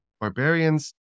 barbarians